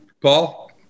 Paul